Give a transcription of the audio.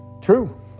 True